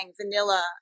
vanilla